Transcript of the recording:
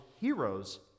heroes